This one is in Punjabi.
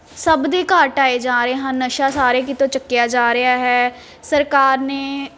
ਸਭ ਦੇ ਘਰ ਢਾਏ ਜਾ ਰਹੇ ਹਨ ਨਸ਼ਾ ਸਾਰੇ ਕਿਤੋਂ ਚੱਕਿਆ ਜਾ ਰਿਹਾ ਹੈ ਸਰਕਾਰ ਨੇ